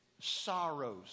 sorrows